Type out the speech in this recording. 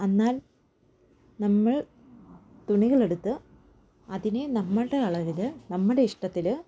എന്നാൽ നമ്മൾ തുണികളെടുത്ത് അതിനെ നമ്മൾ അളവില് നമ്മുടെ ഇഷ്ടത്തില്